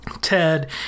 Ted